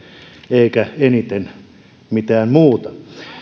eikä eniten mitään muuta